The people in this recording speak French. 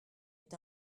est